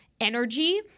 energy